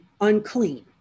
unclean